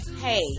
hey